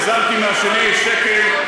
גזלתי מהשני שקל,